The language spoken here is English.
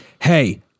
Hey